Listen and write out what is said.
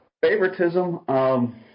Favoritism